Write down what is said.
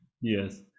Yes